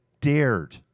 dared